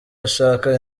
ashaka